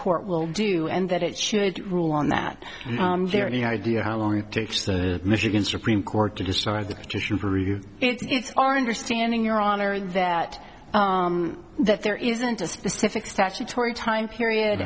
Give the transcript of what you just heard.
court will do and that it should rule on that there any idea how long it takes the michigan supreme court to decide that it's our understanding your honor that that there isn't a specific statutory time period